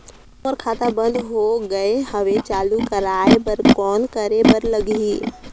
मोर खाता बंद हो गे हवय चालू कराय बर कौन करे बर लगही?